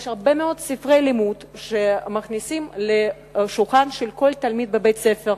ומכניסים הרבה מאוד ספרי לימוד לשולחן של כל תלמיד בבית-ספר,